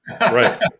Right